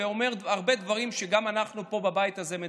ואומר הרבה דברים שגם אנחנו פה בבית הזה מדברים.